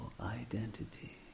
identity